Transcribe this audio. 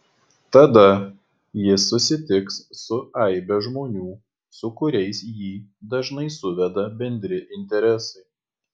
tada jis susitiks su aibe žmonių su kuriais jį dažnai suveda bendri interesai